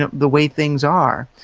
ah the way things are,